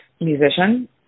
musician